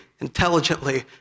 intelligently